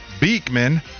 Beekman